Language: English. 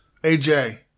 AJ